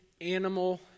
animal